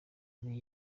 migwi